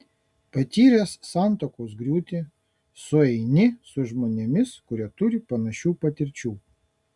patyręs santuokos griūtį sueini su žmonėmis kurie turi panašių patirčių